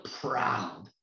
proud